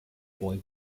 boy